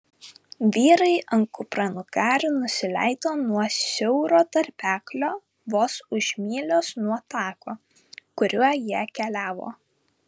vyrai ant kupranugarių nusileido nuo siauro tarpeklio vos už mylios nuo tako kuriuo jie keliavo